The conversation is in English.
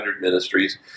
ministries